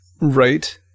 Right